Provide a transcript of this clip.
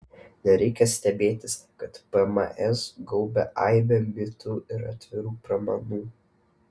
nereikia stebėtis kad pms gaubia aibė mitų ir atvirų pramanų